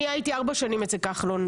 אני הייתי פה בכנסת ארבע שנים אצל כחלון,